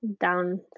down